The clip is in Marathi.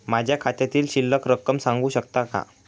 माझ्या खात्यातील शिल्लक रक्कम सांगू शकता का?